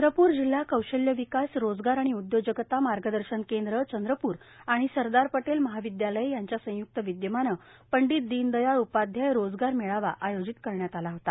चंद्रपूर जिल्हा कौशल्य विकासए रोजगार णि उदयोजकता मार्गदर्शन केंद्र चंद्रपूर णि सरदार पटेल महाविदयालय यांच्या संयुक्त विदयमानं पंडित दीनदयाळ उपाध्याय रोजगार मेळावा योजित करण्यात ला होता